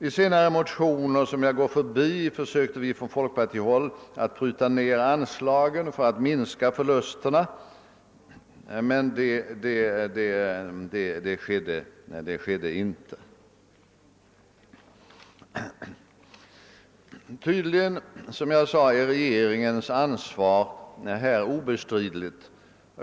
I senare motioner, som jag endast i förbigående skall nämna, försökte vi från folkpartihåll att åstadkomma en prutning av anslagen för att minska förlusterna, men detta förslag godtogs inte. Som jag redan sagt är regeringens ansvar obestridligt.